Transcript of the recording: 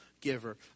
giver